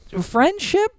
friendship